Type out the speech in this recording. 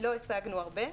לא השגנו הרבה,